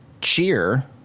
cheer